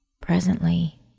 presently